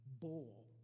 bowl